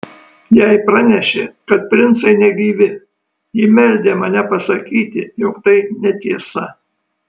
jai pranešė kad princai negyvi ji meldė mane pasakyti jog tai netiesa